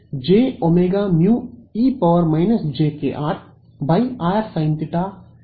ಆದ್ದರಿಂದ ಇದು E IΔz4πjωμe−jkrrsinθθ ಆಗುತ್ತದೆ